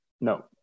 No